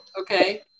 Okay